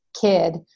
kid